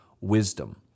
wisdom